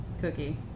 cookie